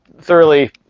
thoroughly